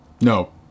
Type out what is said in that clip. no